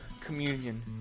communion